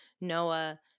Noah